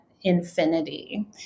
infinity